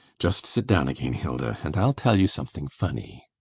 just sit down again, hilda, and i'll tell you something funny.